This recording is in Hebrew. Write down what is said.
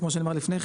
כמו שנאמר לפני כן